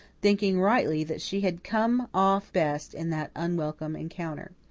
thinking rightly that she had come off best in that unwelcome encounter.